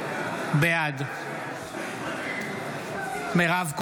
בעד מירב כהן,